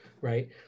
right